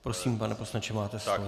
Prosím, pane poslanče, máte slovo.